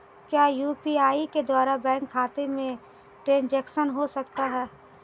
क्या यू.पी.आई के द्वारा बैंक खाते में ट्रैन्ज़ैक्शन हो सकता है?